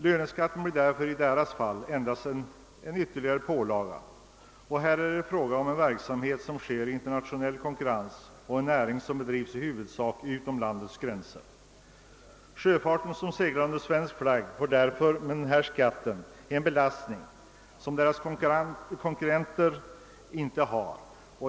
Löneskatten blir därför för denna närings vidkommande endast en ytterligare pålaga, och här är det fråga om en verksamhet som bedrivs i internationell konkurrens och i huvudsak utom landets gränser. Fartyg som seglar under svensk flagg får genom denna skatt en belastning som deras konkurrenter inte har.